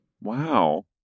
Wow